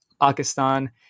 Pakistan